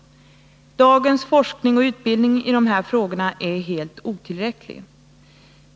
Dagens forskning och utbildning i dessa frågor är helt otillräckliga.